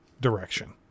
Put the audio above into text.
direction